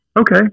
okay